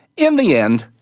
in the end,